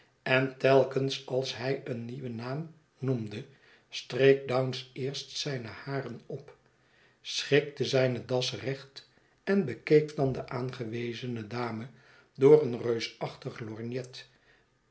en telkens als hij een nieuwen naam noemde streek dounce eerst zijne haren op schikte zijne das recht en bekeek dan de aangewezene dame door een